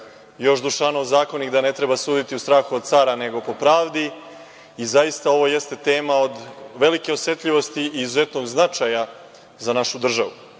još „Dušanov zakonik“, da ne treba suditi u strahu od cara nego po pravdi i zaista ovo jeste tema od velike osetljivosti i izuzetnog značaja za našu državu. Drago